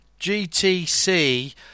GTC